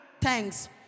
thanks